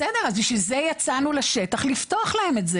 בסדר, אז בשביל זה יצאנו לשטח לפתוח להם את זה.